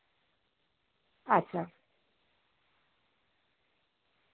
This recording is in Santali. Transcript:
ᱟᱪᱪᱷᱟ